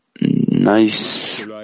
nice